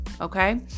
Okay